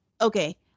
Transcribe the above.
okay